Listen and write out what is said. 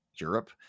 Europe